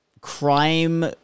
crime